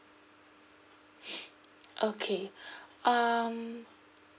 okay um